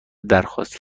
درخواست